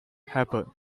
happen